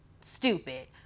Stupid